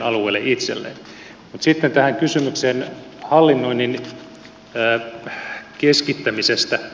mutta sitten tähän kysymykseen hallinnoinnin keskittämisestä